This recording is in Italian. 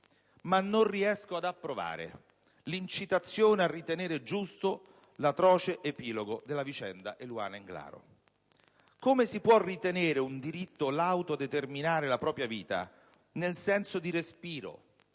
ma non riesco ad approvare l'incitazione a ritenere giusto l'atroce epilogo della vicenda di Eluana Englaro. Come si può ritenere un diritto l'autodeterminare la propria vita, nel senso di respiro,